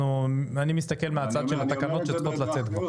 אני מסתכל מהצד של התקנות שצריכות לצאת כבר.